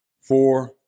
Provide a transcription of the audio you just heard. four